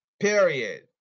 Period